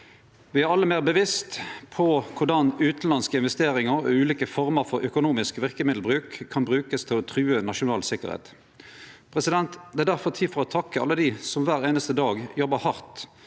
Me er alle meir bevisste på korleis utanlandske investeringar og ulike former for økonomisk verkemiddelbruk kan brukast til å true nasjonal sikkerheit. Det er difor tid for å takke alle dei som kvar einaste dag jobbar hardt